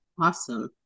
awesome